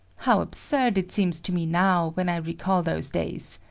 how absurd it seems to me now when i recall those days.